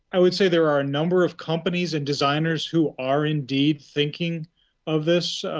i would say there are a number of companies and designers who are indeed thinking of this.